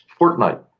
Fortnite